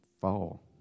fall